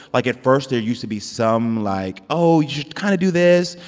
like at first, there used to be some like, oh, you should kind of do this.